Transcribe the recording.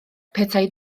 petai